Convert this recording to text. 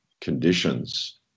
conditions